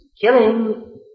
Killing